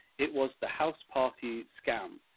it was the house party scam.